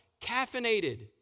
Caffeinated